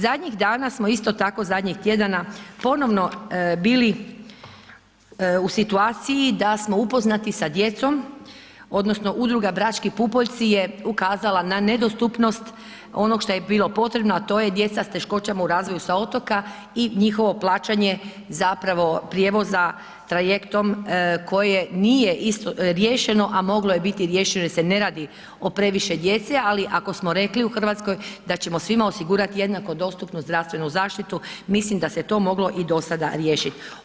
Zadnjih dana smo isto tako, zadnjih tjedana ponovno bili u situaciji da smo upoznati sa djecom odnosno udruga „Brački pupoljci“ je ukazala na nedostupnost onog šta je bilo potrebno a to je djeca sa teškoćama u razvoja sa otoka i njihovo plaćanje zapravo prijevoza trajektnom koje nije riješeno a moglo je biti riješeno jer se ne radi o previše djece ali ako smo rekli u Hrvatskoj da ćemo svima osigurati jednako dostupnu zdravstvenu zaštitu, mislim da se to moglo i do sada riješiti.